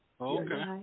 okay